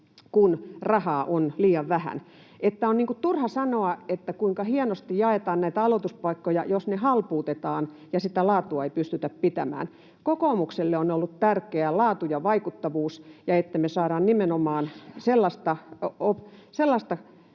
kun rahaa on liian vähän. On turhaa sanoa, kuinka hienosti jaetaan näitä aloituspaikkoja, jos ne halpuutetaan ja sitä laatua ei pystytä pitämään. Kokoomukselle on ollut tärkeää laatu ja vaikuttavuus ja se, että me saadaan nimenomaan esimerkiksi